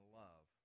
love